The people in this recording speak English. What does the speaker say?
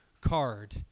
card